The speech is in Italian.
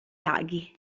laghi